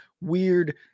weird